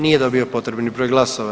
Nije dobio potrebni broj glasova.